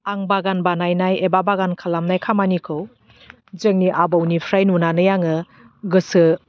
आं बागान बानायनाय एबा बागान खालामनाय खामानिखौ जोंनि आबौनिफ्राय नुनानै आङो गोसो